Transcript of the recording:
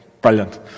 Brilliant